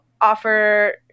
offer